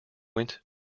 went